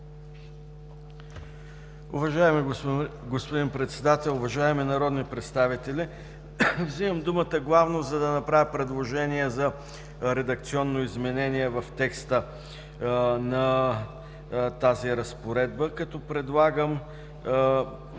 Уважаеми господин Председател, уважаеми народни представители, взимам думата главно, за да направя предложение за редакционно изменение в текста на тази разпоредба, като правя